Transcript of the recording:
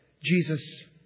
Jesus